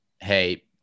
Hey